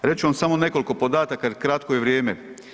Reći ću vam samo nekoliko podataka jer kratko je vrijeme.